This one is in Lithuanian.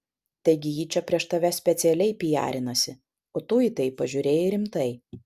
taigi ji čia prieš tave specialiai pijarinasi o tu į tai pasižiūrėjai rimtai